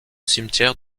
cimetière